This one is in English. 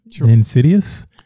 insidious